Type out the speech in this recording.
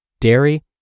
dairy